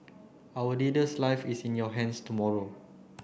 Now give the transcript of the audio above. our leader's life is in your hands tomorrow